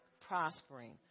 prospering